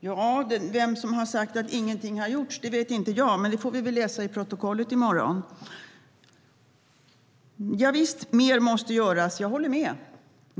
Herr ålderspresident! Vem som har sagt att ingenting har gjorts vet inte jag, men det får vi väl läsa i protokollet i morgon. Javisst, mer måste göras. Jag håller med.